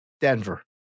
Denver